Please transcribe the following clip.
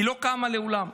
היא לא קמה מעולם.